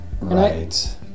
right